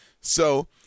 So-